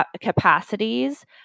capacities